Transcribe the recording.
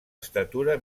estatura